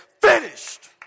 finished